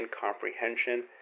comprehension